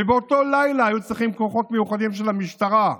ובאותו לילה היו צריכים כוחות מיוחדים של המשטרה,